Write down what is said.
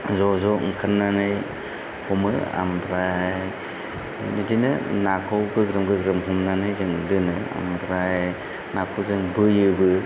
ज'ज' ओंखारनानै हमो आमफ्राय बिदिनो नाखौ गोग्रोम गोग्रोम हमनानै जों दोनो आमफ्राय नाखौ जों बोयोबो